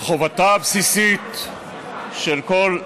חובתה הבסיסית של כל,